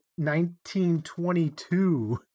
1922